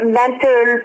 mental